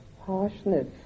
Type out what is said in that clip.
harshness